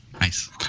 Nice